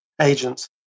agents